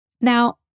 Now